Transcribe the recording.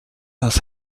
was